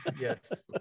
yes